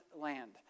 land